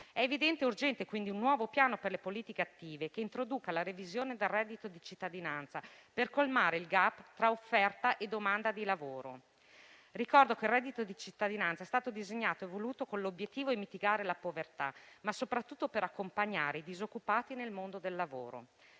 per cento. È urgente quindi un nuovo piano per le politiche attive, che introduca la revisione del reddito di cittadinanza, per colmare il *gap* tra offerta e domanda di lavoro. Ricordo che il reddito di cittadinanza è stato disegnato e voluto con l'obiettivo di mitigare la povertà, ma soprattutto per accompagnare i disoccupati nel mondo del lavoro.